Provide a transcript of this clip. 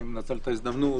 אני מנצל את ההזדמנות,